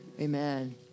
Amen